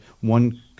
one